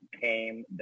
came